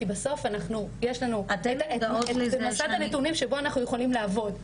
כי בסוף יש לנו את מסד הנתונים שבו אנחנו יכולים לעבוד.